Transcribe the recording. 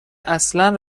اصلا